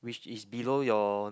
which is below your